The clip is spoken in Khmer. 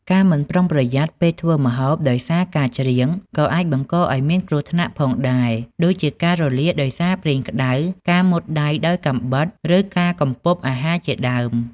ការមិនប្រុងប្រយ័ត្នពេលធ្វើម្ហូបដោយសារការច្រៀង ក៏អាចបង្កឱ្យមានគ្រោះថ្នាក់ផងដែរ ដូចជាការរលាកដោយសារប្រេងក្ដៅ ការមុតដៃដោយកាំបិត ឬការកំពប់អាហារជាដើម។